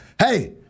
Hey